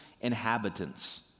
inhabitants